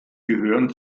gehören